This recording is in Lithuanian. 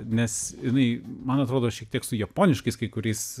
nes jinai man atrodo šiek tiek su japoniškais kai kuriais